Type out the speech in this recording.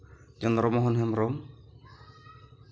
Chandra Mohan Hembrom